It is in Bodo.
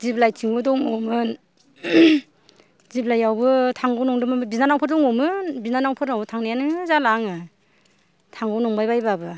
दिब्लायथिंबो दङमोन दिब्लायावबो थागौ नंदोंमोन बिनानावफोर दङमोन बिनानावफोरनावबो थांनायानो जाला आङो थांगौ नंबाय बायबाबो